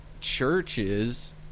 churches